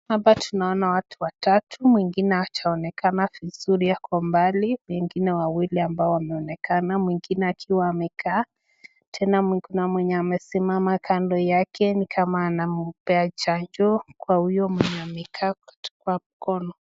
Hapa tunaona watu watatu, mwingine hajaonekana vizuri ako mbali, wengine wawili ambao wameonekana, mwingine akiwa amekaa, tena kuna mwenye amesimama kando yake ni kama anampea chanjo kwa huyo mwenye amekaa kwa mkono.